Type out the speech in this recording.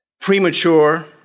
premature